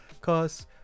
Cause